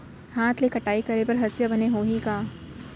हाथ ले कटाई करे बर हसिया बने होही का?